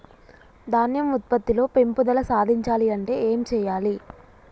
ధాన్యం ఉత్పత్తి లో పెంపుదల సాధించాలి అంటే ఏం చెయ్యాలి?